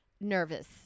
nervous